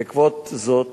בעקבות זאת